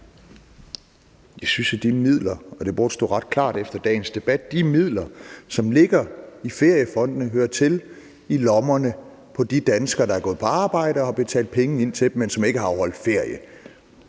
Jeg synes, at de midler – og det burde stå ret klart efter dagens debat – som ligger i feriefonden, hører til i lommerne på de danskere, der har gået på arbejde og har betalt penge ind til den, men som ikke har afholdt ferie.